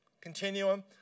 continuum